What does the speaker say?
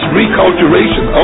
reculturation